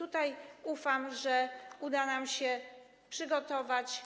Ufam, że uda nam się przygotować.